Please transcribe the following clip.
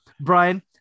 Brian